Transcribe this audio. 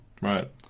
right